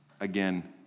again